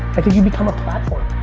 i think you become a platform.